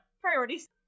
priorities